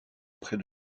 près